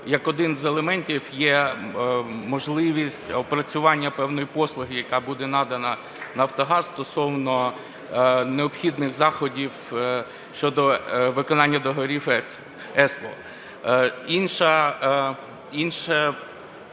як один з елементів є можливість опрацювання певної послуги, яка буде надана Нафтогазом, стосовно необхідних заходів щодо виконання договорів Еспо.